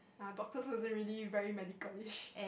err doctor wasn't really very medicalish